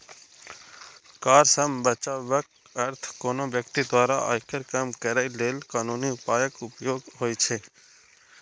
कर सं बचावक अर्थ कोनो व्यक्ति द्वारा आयकर कम करै लेल कानूनी उपायक उपयोग होइ छै